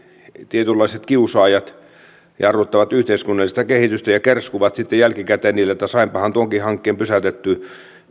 tietynlaiset kiusaajat jarruttavat yhteiskunnallista kehitystä ja kerskuvat sitten jälkikäteen niillä että sainpahan tuonkin hankkeen pysäytettyä